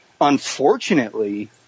unfortunately